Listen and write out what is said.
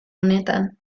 honetan